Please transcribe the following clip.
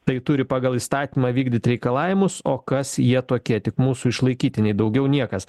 tai turi pagal įstatymą vykdyt reikalavimus o kas jie tokie tik mūsų išlaikytiniai daugiau niekas